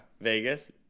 Vegas